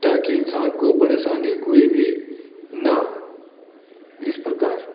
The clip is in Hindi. ताकि इन्सान को परेशानी कोई भी न हो इस प्रकार